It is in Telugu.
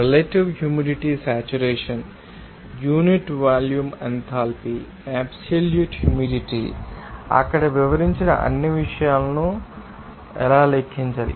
relative humidity saturation unit volume enthalpy absolute humidity అక్కడ వివరించిన అన్ని విషయాలను ఎలా లెక్కించాలి